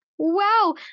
Wow